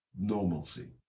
normalcy